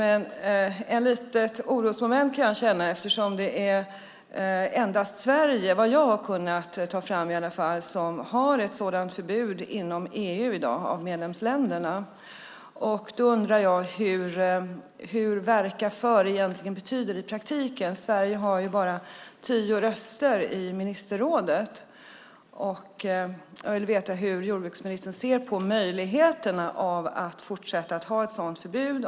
Ett litet orosmoment är att det, vad jag har kunnat få fram, är endast Sverige bland medlemsländerna som har ett förbud mot att slakta djur utan föregående bedövning. Därför undrar jag vad "verka för" betyder i praktiken. Sverige har ju bara tio röster i ministerrådet. Jag vill veta hur jordbruksministern ser på möjligheten att fortsätta att ha ett sådant förbud.